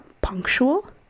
punctual